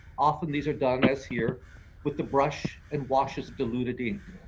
often these are done as here with the brush and washes of diluted ink.